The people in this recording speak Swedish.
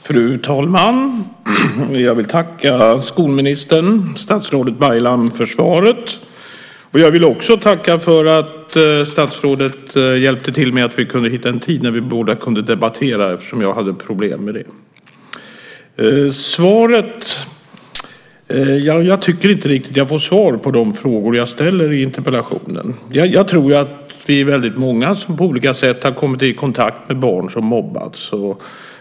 Fru talman! Jag tackar skolministern, statsrådet Baylan, för svaret. Och jag vill också tacka för att statsrådet hjälpte till med att hitta en tid då vi kunde debattera frågan, för jag hade problem med det. Jag tycker inte riktigt att jag får svar på de frågor som jag ställer i interpellationen. Jag tror att vi är väldigt många som på olika sätt har kommit i kontakt med barn som mobbas.